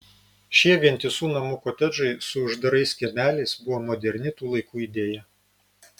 šie vientisų namų kotedžai su uždarais kiemeliais buvo moderni tų laikų idėja